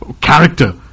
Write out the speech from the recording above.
character